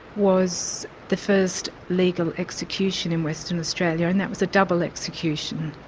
was the first legal execution in western australia, and that was a double execution.